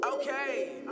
Okay